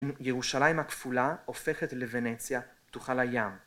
ירושלים הכפולה הופכת לוונציה, פתוחה לים.